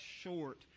short